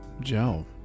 Joe